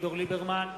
אביגדור ליברמן,